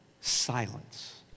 silence